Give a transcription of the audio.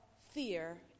fear